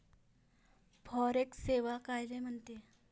Forex सेवा कायले म्हनते?